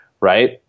right